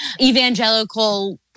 evangelical